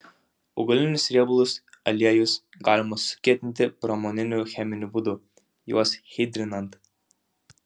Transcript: augalinius riebalus aliejus galima sukietinti pramoniniu cheminiu būdu juos hidrinant